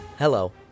Hello